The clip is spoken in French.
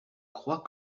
crois